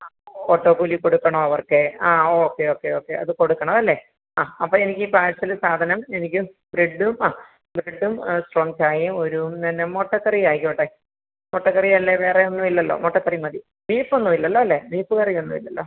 ആ ഓട്ടോ കൂലി കൊടുക്കണോ അവർക്കേ ആ ഓക്കെ ഓക്കെ ഓക്കെ അത് കൊടുക്കണം അല്ലേ ആ അപ്പോൾ എനിക്ക് പാഴ്സല് സാധനം എനിക്ക് ബ്രഡ്ഡും ആ ബ്രഡ്ഡും സ്ട്രോംഗ് ചായയും ഒരു പിന്നെ മൊട്ടക്കറിയായിക്കോട്ടെ മൊട്ടക്കറിയല്ലേ വേറെ ഒന്നും ഇല്ലല്ലോ മൊട്ടക്കറി മതി ബീഫൊന്നും ഇല്ലല്ലോ അല്ലേ ബീഫ് കറി ഒന്നും ഇല്ലല്ലോ